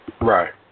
Right